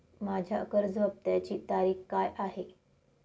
माझ्या कर्ज हफ्त्याची तारीख काय आहे?